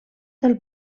del